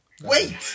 Wait